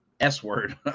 S-word